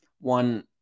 one